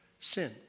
sin